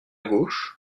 gauche